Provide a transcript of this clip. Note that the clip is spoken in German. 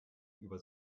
über